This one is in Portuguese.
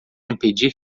impedir